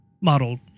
model